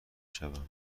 شوم